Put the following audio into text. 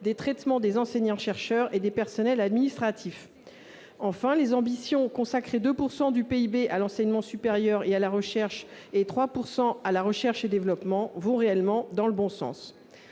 des traitements des enseignants-chercheurs et des personnels administratifs. Enfin, l'ambition de consacrer 2 % du PIB à l'enseignement supérieur et à la recherche, ainsi que 3 % à la recherche et développement, va réellement dans le bon sens.